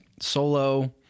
solo